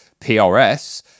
PRS